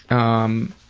um,